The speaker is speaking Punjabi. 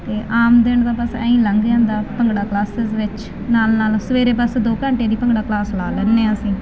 ਤੇ ਆਮ ਦਿਨ ਦਾ ਬਸ ਐ ਹੀ ਲੰਘ ਜਾਂਦਾ ਭੰਗੜਾ ਕਲਾਸਿਸ ਵਿੱਚ ਨਾਲ ਨਾਲ ਸਵੇਰੇ ਬਸ ਦੋ ਘੰਟੇ ਦੀ ਭੰਗੜਾ ਪਲਸ ਲਾ ਲੈਦੇ ਆ ਅਸੀਂ